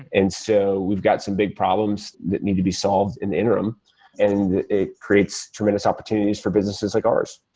and so we've got some big problems that need to be solved in the interim and it creates tremendous opportunities for businesses like ours.